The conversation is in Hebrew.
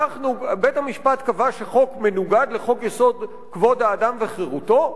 בית-המשפט קבע שחוק מנוגד לחוק-יסוד: כבוד האדם וחירותו?